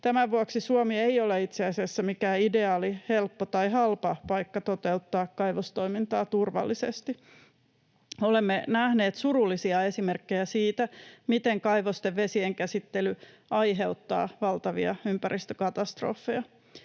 Tämän vuoksi Suomi ei ole itse asiassa mikään ideaali, helppo tai halpa paikka toteuttaa kaivostoimintaa turvallisesti. Olemme nähneet surullisia esimerkkejä siitä, miten kaivosten vesien käsittely aiheuttaa valtavia ympäristökatastrofeja.